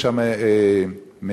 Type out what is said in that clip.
יש שם מאריתריאה,